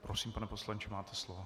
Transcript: Prosím, pane poslanče, máte slovo.